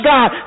God